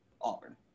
Auburn